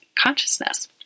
consciousness